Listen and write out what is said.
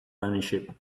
ownership